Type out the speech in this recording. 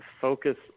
focus